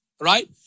right